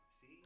See